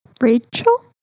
Rachel